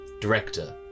director